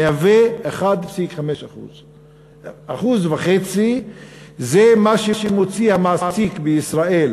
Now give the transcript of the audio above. הוא 1.5%. 1.5% זה מה שמוציא המעסיק בישראל